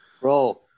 Bro